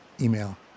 email